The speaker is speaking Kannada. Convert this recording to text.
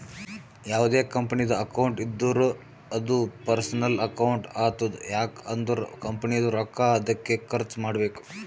ಯಾವ್ದೇ ಕಂಪನಿದು ಅಕೌಂಟ್ ಇದ್ದೂರ ಅದೂ ಪರ್ಸನಲ್ ಅಕೌಂಟ್ ಆತುದ್ ಯಾಕ್ ಅಂದುರ್ ಕಂಪನಿದು ರೊಕ್ಕಾ ಅದ್ಕೆ ಖರ್ಚ ಮಾಡ್ಬೇಕು